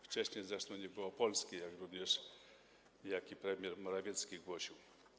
Wcześniej zresztą nie było Polski, jak niejaki premier Morawicki głosił.